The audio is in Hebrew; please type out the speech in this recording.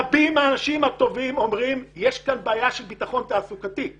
רבים מהאנשים הטובים אומרים שיש כאן בעיה של ביטחון תעסוקתי.